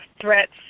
threats